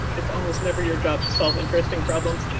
it's almost never your job to solve interesting problems